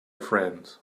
friends